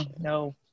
no